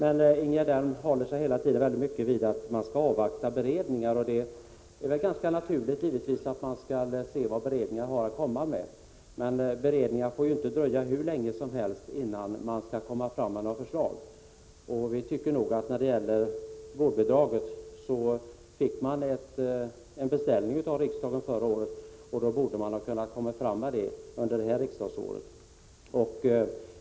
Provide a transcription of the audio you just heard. Ingegerd Elm uppehåller sig hela tiden vid att man skall avvakta beredningar. Det är visserligen naturligt att se vad en beredning har att komma med, men beredningen får inte dröja hur länge som helst innan några förslag kommer fram. När det gäller vårdbidraget fick man förra året en beställning av riksdagen, och man borde ha kunnat komma fram med något förslag under detta riksdagsår.